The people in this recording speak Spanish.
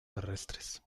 terrestres